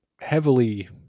heavily